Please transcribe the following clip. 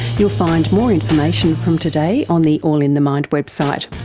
you'll find more information from today on the all in the mind website.